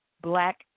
black